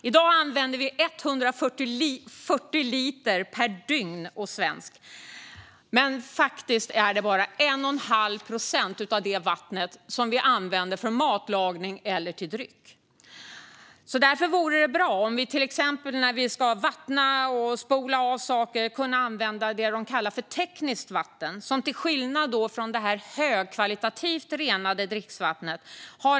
I dag använder varje svensk 140 liter vatten per dygn, men det är faktiskt bara 1,5 procent av vattnet som används till matlagning eller dryck. Det vore därför bra om vi till exempel när vi vattnar eller spolar av saker kunde använda det som kallas för tekniskt vatten, som har en annan typ av rening än det högkvalitativa dricksvattnet.